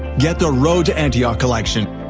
get the road to antioch collection,